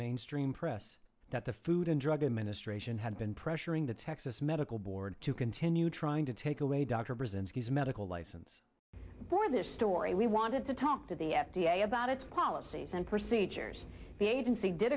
mainstream press that the food and drug administration had been pressuring the texas medical board to continue trying to take away dr brzezinski medical license for this story we wanted to talk to the f d a about its policies and procedures the agency did